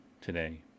today